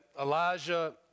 Elijah